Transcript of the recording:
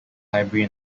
library